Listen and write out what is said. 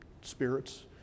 spirits